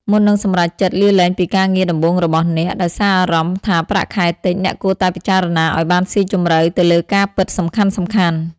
មុននឹងសម្រេចចិត្តលាលែងពីការងារដំបូងរបស់អ្នក ដោយសារអារម្មណ៍ថាប្រាក់ខែតិច អ្នកគួរតែពិចារណាឲ្យបានស៊ីជម្រៅទៅលើការពិតសំខាន់ៗ។